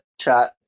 chat